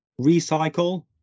Recycle